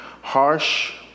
harsh